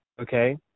okay